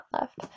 left